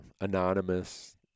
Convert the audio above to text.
anonymous